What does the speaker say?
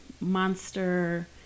monster